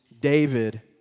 David